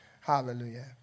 Hallelujah